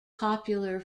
popular